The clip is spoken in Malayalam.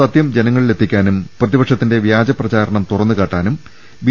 സത്യം ജനങ്ങളിലെത്തിക്കാനും പ്രതിപക്ഷത്തിന്റെ വ്യാജ പ്രചാരണം തുറന്ന് കാട്ടാനും ബി